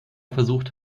versucht